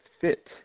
fit